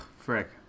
frick